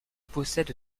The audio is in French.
possède